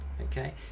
okay